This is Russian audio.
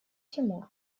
тимур